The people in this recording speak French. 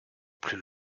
plus